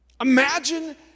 imagine